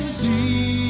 see